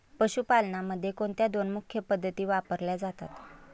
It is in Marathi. पशुपालनामध्ये कोणत्या दोन मुख्य पद्धती वापरल्या जातात?